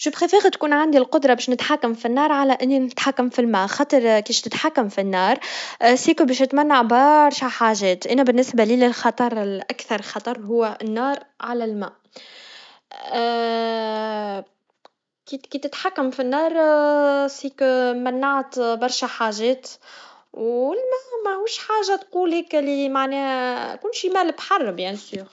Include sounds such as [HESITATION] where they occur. أنا بفضل تكون عندي القدرا باش نتحكم في النار, على إني نتحكم فالما, خاطر كيش تتحكم في النار, سي كباش تتمنع بارشا حاجات, أنا بالنسبا لي الخطر الأكثر خطر, هوا النار على الماء, [HESITATION] كي- كيتتحكم في النار, سي كم نعط برشا حاجات, والما مهوش حاجا تقول هيك اللي معناها, بون شيما الحرب.